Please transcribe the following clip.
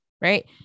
right